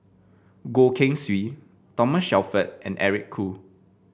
Goh Keng Swee Thomas Shelford and Eric Khoo